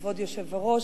כבוד היושב-ראש,